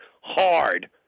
hard